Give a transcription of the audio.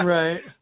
right